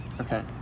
Okay